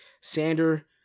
Sander